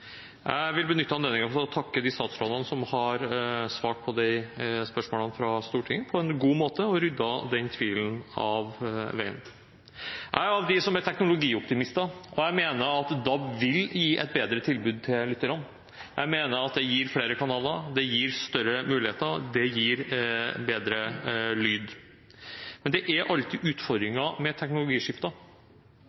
Jeg vil benytte anledningen til å takke statsrådene, som har svart på spørsmålene fra Stortinget på en god måte og ryddet denne tvilen av veien. Jeg er av dem som er teknologioptimister. Jeg mener at DAB vil gi et bedre tilbud til lytterne. Jeg mener det gir flere kanaler, det gir større muligheter, det gir bedre lyd. Men det er alltid